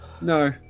No